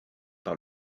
par